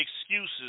excuses